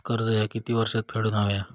कर्ज ह्या किती वर्षात फेडून हव्या?